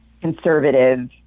conservative